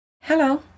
Hello